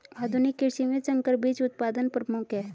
आधुनिक कृषि में संकर बीज उत्पादन प्रमुख है